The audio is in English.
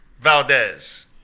Valdez